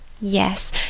yes